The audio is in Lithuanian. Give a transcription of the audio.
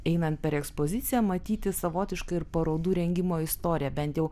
einant per ekspoziciją matyti savotišką ir parodų rengimo istoriją bent jau